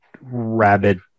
rabid